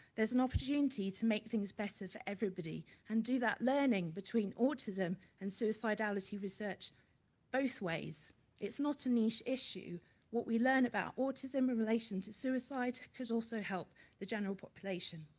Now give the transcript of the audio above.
there's an opportunity to make things better for everybody and do that learning between autism and suicidallity research both ways it's not an niche issue what we learn about autism and relation to suicide could also help the general population.